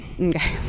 Okay